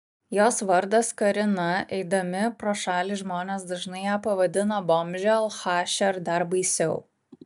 jos vardas karina eidami pro šalį žmonės dažnai ją pavadina bomže alchaše ar dar baisiau